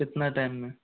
कितना टाइम में